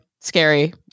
Scary